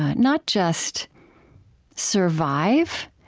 ah not just survive,